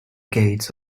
gates